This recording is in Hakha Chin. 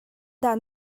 dah